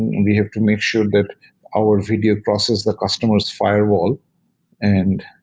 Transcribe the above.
we have to make sure that our video process the customers firewall and